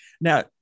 now